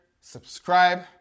subscribe